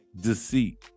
Deceit